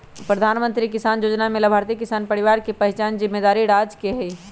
प्रधानमंत्री किसान जोजना में लाभार्थी किसान परिवार के पहिचान जिम्मेदारी राज्य सरकार के हइ